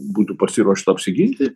būtų pasiruošta apsiginti